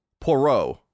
Poirot